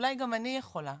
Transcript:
אולי גם אני יכולה,